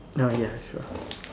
now ya sure